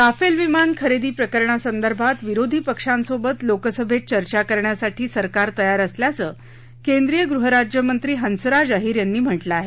Rafale विमान खरेदी प्रकरणासंदर्भात विरोधी पक्षांसोबत लोकसभेत चर्चा करण्यासाठी सरकार तयार असल्याचं केंद्रीय गृह राज्यमंत्री हंसराज अहिर यांनी म्हाझि आहे